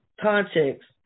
context